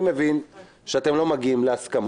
אתה רוצה לומר משהו?